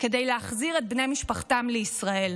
כדי להחזיר את בני משפחתה לישראל.